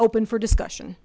open for discussion